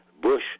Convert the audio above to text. Bush